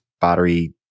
battery